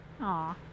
Aw